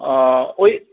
ओहि